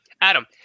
Adam